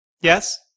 Yes